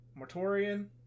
Mortorian